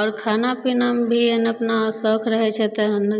आओर खाना पीनामे भी एहन अपना शौक रहै छै तेहन